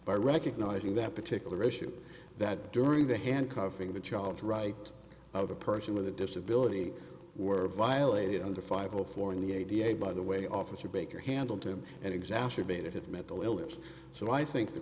by recognizing that particular issue that during the handcuffing the child's right of a person with a disability were violated under five zero four in the a b a by the way officer baker handled him and exacerbated mental illness so i think the